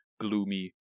gloomy